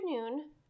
afternoon